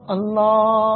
Allah